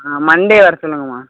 ஆ Monday வர சொல்லுங்கமா